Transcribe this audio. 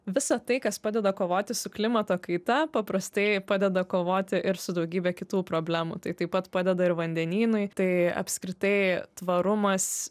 visa tai kas padeda kovoti su klimato kaita paprastai padeda kovoti ir su daugybe kitų problemų tai taip pat padeda ir vandenynui tai apskritai tvarumas